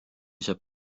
saab